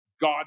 God